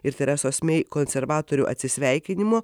ir teresos mei konservatorių atsisveikinimo